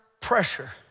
pressure